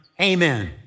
amen